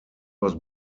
was